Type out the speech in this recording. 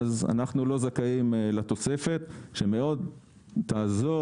אנחנו לא זכאים לתוספת שמאוד תעזור